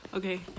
Okay